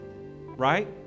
Right